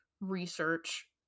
research